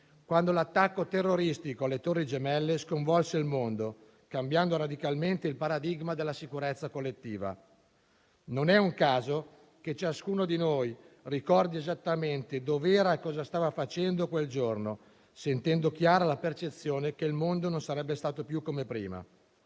quando l'attacco terroristico alle Torri gemelle sconvolse il mondo, cambiando radicalmente il paradigma della sicurezza collettiva. Non è un caso che ciascuno di noi ricordi esattamente dov'era e cosa stava facendo quel giorno, sentendo chiara la percezione che il mondo non sarebbe stato più come prima.